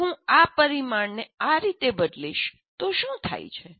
જો હું આ પરિમાણને આ રીતે બદલીશ તો શું થાય છે